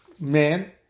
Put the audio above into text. man